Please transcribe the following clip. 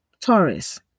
Taurus